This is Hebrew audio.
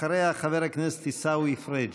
אחריה, חבר הכנסת עיסאווי פריג'.